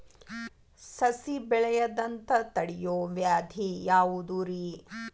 ಸಸಿ ಬೆಳೆಯದಂತ ತಡಿಯೋ ವ್ಯಾಧಿ ಯಾವುದು ರಿ?